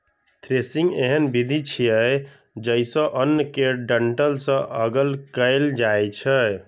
threshing एहन विधि छियै, जइसे अन्न कें डंठल सं अगल कैल जाए छै